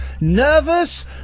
Nervous